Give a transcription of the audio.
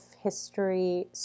history